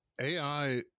AI